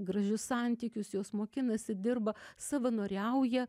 gražius santykius jos mokinasi dirba savanoriauja